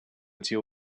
deal